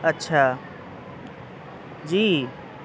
اچھا جی